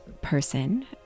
person